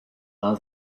are